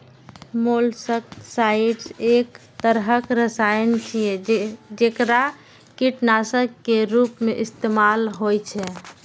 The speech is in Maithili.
मोलस्कसाइड्स एक तरहक रसायन छियै, जेकरा कीटनाशक के रूप मे इस्तेमाल होइ छै